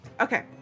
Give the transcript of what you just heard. Okay